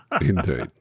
Indeed